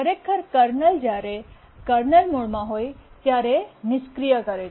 ખરેખર કર્નલ જ્યારે તે કર્નલ મોડમાં હોય ત્યારે નિષ્ક્રિય કરે છે